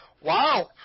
Wow